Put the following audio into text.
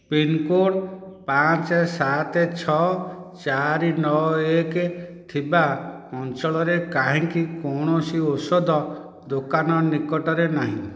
pincode ପାଞ୍ଚ ସାତ ଛଅ ଚାରି ନଅ ଏକ ଥିବା ଅଞ୍ଚଳରେ କାହିଁକି କୌଣସି ଔଷଧ ଦୋକାନ ନିକଟରେ ନାହିଁ